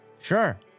sure